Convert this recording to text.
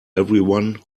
everyone